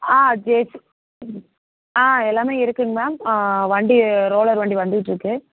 ஆ JC எல்லாமே இருக்குங்க ma'am வண்டி ரோலர் வண்டி வந்துக்கிட்டிருக்கு